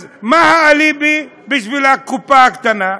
אז מה האליבי בשביל הקופה הקטנה?